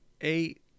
eight